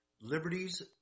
liberties